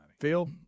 Phil